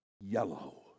yellow